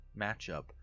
matchup